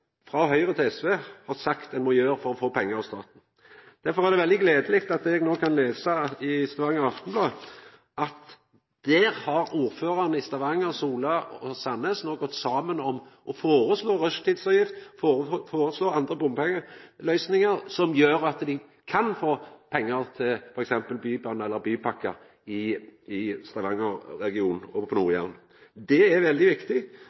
frå Høgre til SV har sagt at me må ta for å få pengar av staten. Derfor er det veldig gledeleg at eg kan lesa i Stavanger Aftenblad at ordførarane i Stavanger, Sola og Sandnes har no gått saman om å foreslå rushtidsavgift og andre bompengeløysingar som gjer at dei kan få pengar til f.eks. bybane og bypakkar i Stavanger-regionen og på Nord-Jæren. Det er veldig viktig,